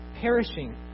Perishing